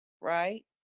Right